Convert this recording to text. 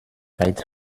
weit